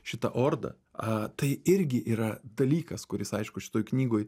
šitą ordą a tai irgi yra dalykas kuris aišku šitoj knygoj